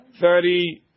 thirty